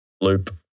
loop